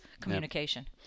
communication